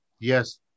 Yes